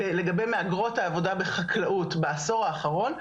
לגבי מהגרות העבודה בחקלאות בעשור האחרון,